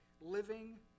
living